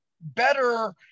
better